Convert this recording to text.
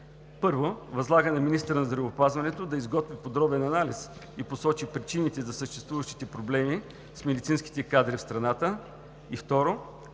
1. Възлага на министъра на здравеопазването да изготви подробен анализ и посочи причините за съществуващите проблеми с медицинските кадри в страната. 2. До